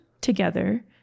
together